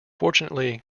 fortunately